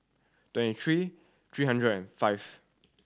twenty three three hundred and five